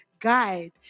guide